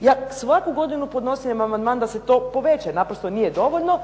Ja svaku godinu podnosim amandman da se to poveća, jer naprosto nije dovoljno.